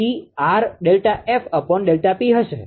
તેથી R ΔF ΔP હશે